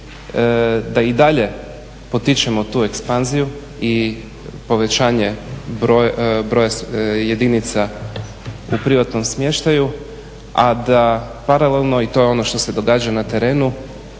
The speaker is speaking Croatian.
da i dalje potičemo tu ekspanziju i povećanje jedinica u privatnom smještaju, a da paralelno i to je ono što se događa na terenu